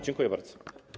Dziękuję bardzo.